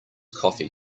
coffee